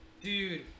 Dude